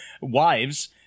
wives